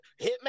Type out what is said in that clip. Hitman